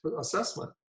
assessment